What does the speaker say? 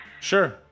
Sure